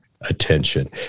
attention